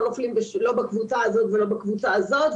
לא נופלים לא בקבוצה הזאת ולא בקבוצה הזאת,